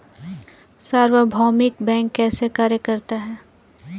सार्वभौमिक बैंक कैसे कार्य करता है?